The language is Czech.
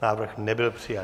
Návrh nebyl přijat.